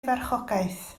farchogaeth